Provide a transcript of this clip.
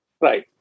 Right